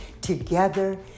together